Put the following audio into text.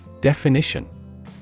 Definition